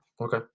Okay